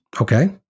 Okay